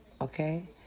Okay